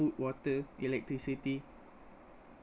uh food water electricity